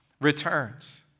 returns